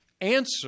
answer